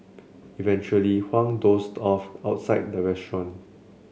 eventually Huang dozed off outside the restaurant